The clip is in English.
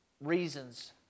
reasons